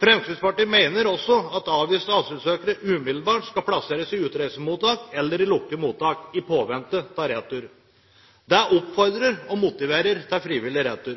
Fremskrittspartiet mener også at avviste asylsøkere umiddelbart skal plasseres i utreisemottak eller i lukkede mottak i påvente av retur. Det oppfordrer og motiverer til frivillig retur.